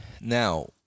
now